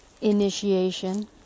initiation